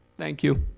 thank you.